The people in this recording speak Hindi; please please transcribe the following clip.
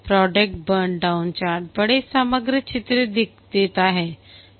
प्रोडक्ट बर्न डाउन चार्ट बड़े समग्र चित्र देता है